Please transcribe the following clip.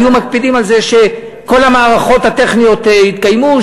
היו מקפידים על זה שכל המערכות הטכניות יתקיימו,